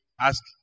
Ask